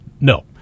No